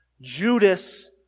Judas